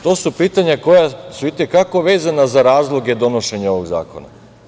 To su pitanja koja su i te kako vezana za razloge donošenja ovog zakona.